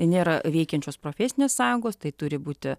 nėra veikiančios profesinės sąjungos tai turi būti